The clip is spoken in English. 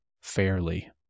fairly